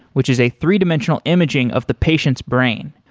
which is a three-dimensional imaging of the patient's brain.